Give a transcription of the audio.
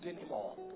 anymore